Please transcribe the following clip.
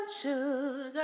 sugar